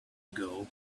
ago